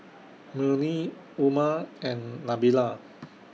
Murni Umar and Nabila